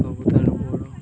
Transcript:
ସବୁଠାରୁ ବଡ଼